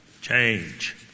change